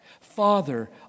Father